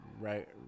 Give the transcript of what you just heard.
right